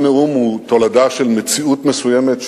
כל נאום הוא תולדה של מציאות מסוימת,